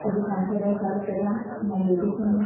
अॼु खां अठ ॾह साल पहिरियां मां ब्यूटीशियन